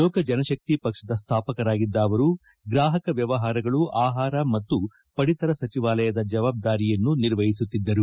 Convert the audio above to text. ಲೋಕಜನಶಕ್ತಿ ಪಕ್ಷದ ಸ್ಲಾಪಕರಾಗಿದ್ದ ಅವರು ಗ್ರಾಹಕ ವ್ಲವಹಾರಗಳು ಆಹಾರ ಮತ್ತು ಪಡಿತರ ಸಚಿವಾಲಯದ ಜವಾಬ್ದಾರಿಯನ್ನು ನಿರ್ವಹಿಸುತ್ತಿದ್ದರು